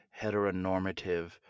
heteronormative